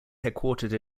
headquartered